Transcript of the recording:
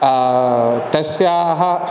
तस्याः